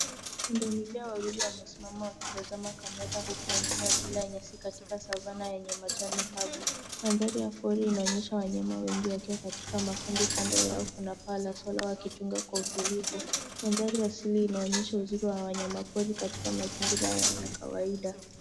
Punda milia wawili wamesimama wakitazama kamera huku wengine wakila nyasi katika savana yenye majani kavu. Mandhari ya pori inaonyesha wanyama wengi wakiwa katika makundi kando yao kuna paa la swala wakichunga kwa utulivu. Mandhari asili inaonyesha uzuri wa wanyama pori katika mazingira yao ya kawaida.